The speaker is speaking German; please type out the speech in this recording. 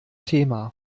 thema